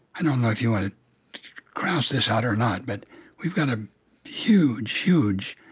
i don't know if you want to grouse this out or not, but we've got a huge, huge